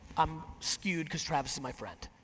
i'm skewed cause travis is my friend.